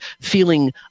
feeling